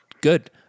good